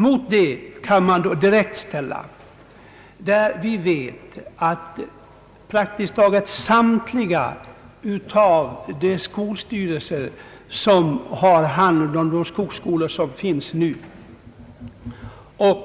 Mot förslaget kan man direkt ställa praktiskt taget samtliga de skolstyrelser som har hand om de nuvarande skogsskolorna, liksom